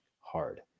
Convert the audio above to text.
hard